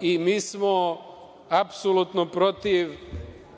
Mi smo apsolutno protiv